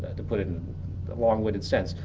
to put it and along with its sense.